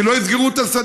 כי לא יסגרו את השדה.